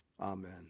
Amen